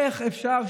איך אפשר?